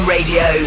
Radio